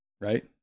right